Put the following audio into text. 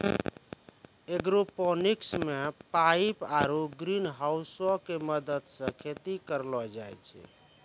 aeroponics मे pipe आरु ग्रीनहाउसो के मदत से खेती करलो जाय छै